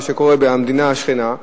מה שקורה במדינה השכנה,